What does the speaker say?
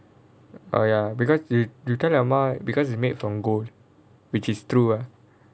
oh ya because you you tell your mum because it is made from gold which is true ah